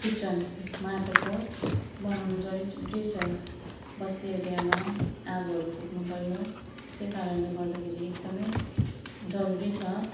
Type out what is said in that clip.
kitchen माटोको बनाउनु जरुरी छ बस्ती एरियामा आगोहरू फुक्नु पऱ्यो त्यही कारणले गर्दाखेरि एकदम जरुरी छ